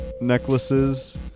necklaces